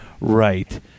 Right